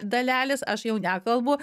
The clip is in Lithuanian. dalelės aš jau nekalbu